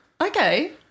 Okay